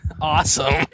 awesome